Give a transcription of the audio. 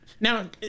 Now